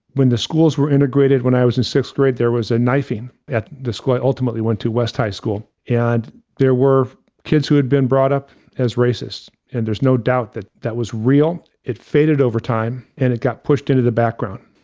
when the schools were integrated, when i was in sixth grade, there was a knifing at the school i ultimately went to west high school, and there were kids who had been brought up as racist, and there's no doubt that that was real. it faded over time, and it got pushed into the background.